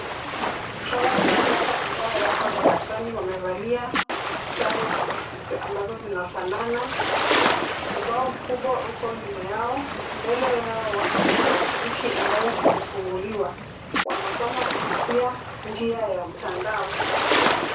Hawa ni watoto ambao wako darasani wamevalia sare ambazo zinafanana. Ubao mkubwa uko nyuma yao. Mbele yao wako na tarakilishi ambayo imefunguliwa. Wanasoma kupitia njia ya mtandao.